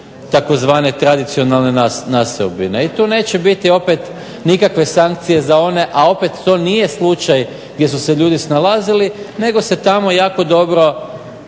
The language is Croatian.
tzv. tradicionalne naseobine. I tu neće biti opet nikakve sankcije za one, a opet to nije slučaj gdje su se ljudi snalazili nego se tamo jako dobro